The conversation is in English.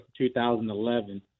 2011